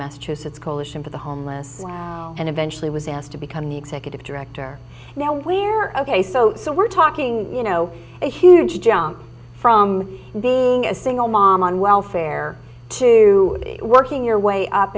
massachusetts coalition for the homeless and eventually was asked to become the executive director now where ok so we're talking you know a huge jump from being a single mom on welfare to working your way up